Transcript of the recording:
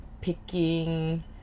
picking